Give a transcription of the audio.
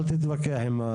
אל תתווכח.